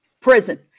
prison